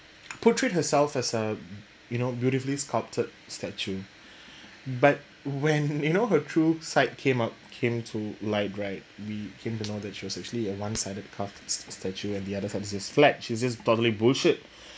portrayed herself as a you know beautifully sculpted statue but when you know her true side came up came to light right we came to know that she was actually a one sided carved statue and the side is just flat she's just totally bullshit